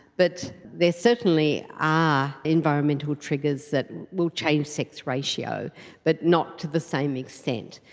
but there certainly are environmental triggers that will change sex ratio but not to the same extent.